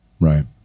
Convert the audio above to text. Right